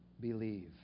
believe